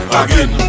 again